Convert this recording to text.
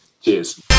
Cheers